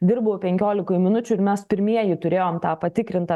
dirbau penkiolikoj minučių ir mes pirmieji turėjom tą patikrintą